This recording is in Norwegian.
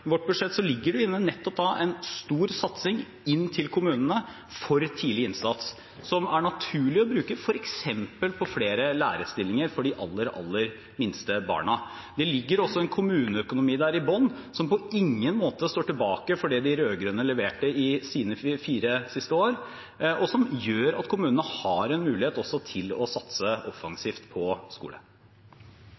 vårt budsjett ligger det inne nettopp en stor satsing inn til kommunene for tidlig innsats, som er naturlig å bruke f.eks. på flere lærerstillinger for de aller minste barna. Det ligger også en kommuneøkonomi i bunnen som på ingen måte står tilbake for det de rød-grønne leverte i sine fire siste år, og som gjør at kommunene også har en mulighet til å satse